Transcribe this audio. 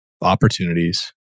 Opportunities